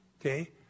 okay